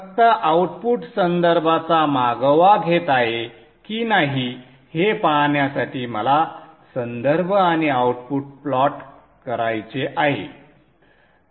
फक्त आउटपुट संदर्भाचा मागोवा घेत आहे की नाही हे पाहण्यासाठी मला संदर्भ आणि आउटपुट प्लॉट करायचे आहे